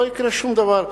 לא יקרה שום דבר.